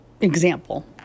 Example